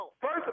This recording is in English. First